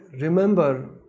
remember